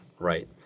Right